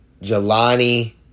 Jelani